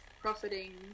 profiting